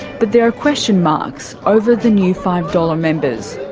but there are question marks over the new five dollars members.